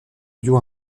bio